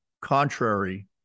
contrary